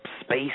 space